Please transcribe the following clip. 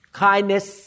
kindness